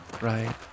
right